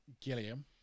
Gilliam